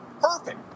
perfect